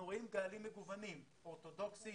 רואים קהלים מגוונים אורתודוכסים,